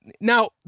Now